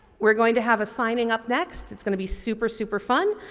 we're going to have a signing up next. it's going to be super, super fun,